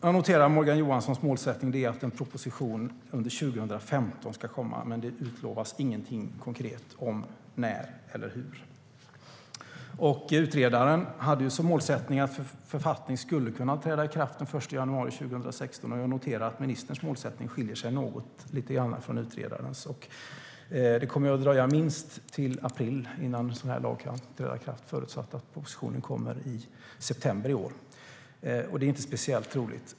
Jag noterar att Morgan Johanssons målsättning är att en proposition ska komma under 2015, men det utlovas inget konkret om när eller hur. Utredaren hade som målsättning att en författning skulle kunna träda i kraft den 1 januari 2016. Jag noterar att ministerns målsättning skiljer sig något från utredarens. Det kommer att dröja minst till april innan en lag kan träda i kraft förutsatt att propositionen kommer i september i år, och det är inte speciellt troligt.